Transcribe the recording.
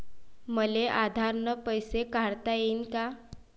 मले आधार न पैसे काढता येईन का?